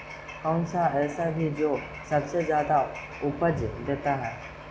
कौन सा ऐसा भी जो सबसे ज्यादा उपज देता है?